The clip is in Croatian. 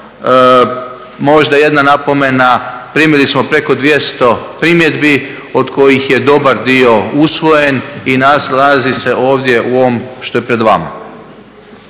Možda jedna napomena, primili smo preko 200 primjedbi od kojih je dobar dio usvojen i nalazi se u ovome što je pred vama.